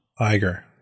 Iger